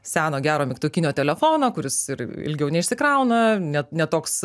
seno gero mygtukinio telefono kuris ir ilgiau neišsikrauna net ne toks